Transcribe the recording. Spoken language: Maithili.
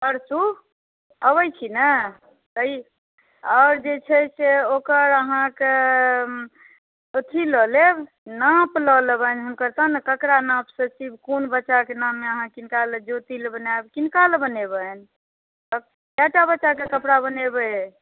परसू अबैत छी ने तऽ आओर जे छै से ओकर अहाँकेँ अथी लऽ लेब नाप लऽ लेबनि हुनकर तहन ने केकरा नापसँ सीब कोन बच्चाके नामे अहाँ किनका लऽ अहाँ ज्योति लऽ बनायब कीनका ले बनेबनि कैटा बच्चाके कपड़ा बनेबै